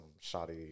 shoddy